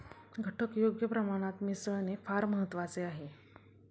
घटक योग्य प्रमाणात मिसळणे फार महत्वाचे आहे